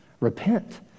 Repent